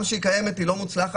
גם כשהיא קיימת היא לא מוצלחת,